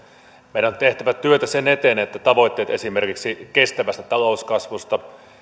meidän on tehtävä työtä sen eteen että tavoitteet esimerkiksi kestävästä talouskasvusta